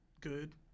good